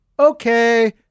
Okay